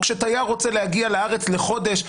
או כשתייר רוצה להגיע לארץ לחודש,